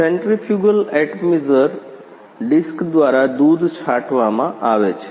centrifugal atomizer disc દ્વારા દૂધ છાંટવામાં આવે છે